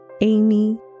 Amy